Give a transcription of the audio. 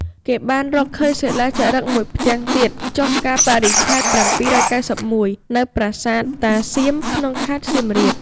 គេបានរកឃើញសិលាចារឹកមួយផ្ទាំងទៀត ចុះកាលបរិច្ឆេទ ៧៩១ នៅប្រាសាទតាសៀមក្នុងខេត្តសៀមរាប។